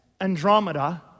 Andromeda